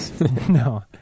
No